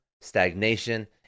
stagnation